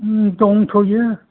दंथ'यो